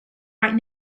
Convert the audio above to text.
right